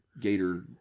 Gator